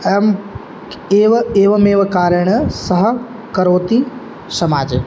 अयम् एव एवमेव कारणं सः करोति समाजे